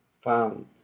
found